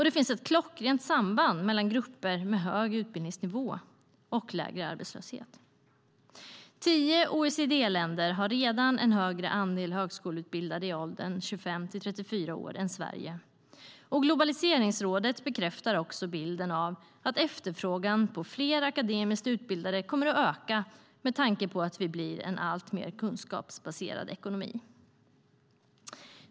Det finns ett klockrent samband mellan grupper med hög utbildningsnivå och lägre arbetslöshet. Tio OECD-länder har redan en högre andel högskoleutbildade i åldern 25-34 år än Sverige. Globaliseringsrådet bekräftar också bilden av att efterfrågan på fler akademiskt utbildade kommer att öka med tanke på att vi blir en alltmer kunskapsbaserad ekonomi.